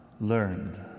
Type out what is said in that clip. learned